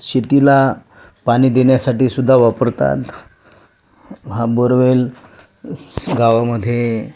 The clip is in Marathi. शेतीला पाणी देण्यासाठीसुद्धा वापरतात हा बोरवेल गावामध्ये